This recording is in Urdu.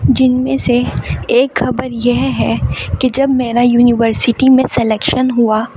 جن میں سے ایک خبر یہ ہے کہ جب میرا یونیورسیٹی میں سلیکشن ہُوا